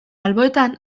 alboetan